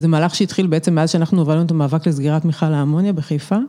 זה מהלך שהתחיל בעצם מאז שאנחנו הובלנו את המאבק לסגירה מיכל האמוניה בחיפה.